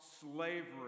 slavery